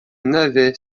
navet